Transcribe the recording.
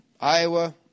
Iowa